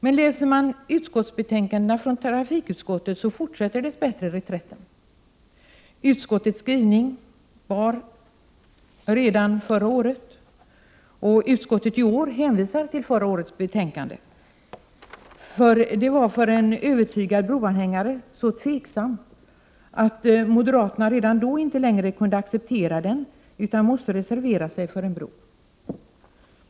Den som läser betänkandena från trafikutskottet ser att reträtten dess bättre har fortsatt. Utskottets skrivning föreföll redan förra året — utskottet hänvisar i år till förra årets betänkande — de övertygade broanhängarna så tveksam att moderaterna då inte längre kunde acceptera den utan måste reservera sig för en bro.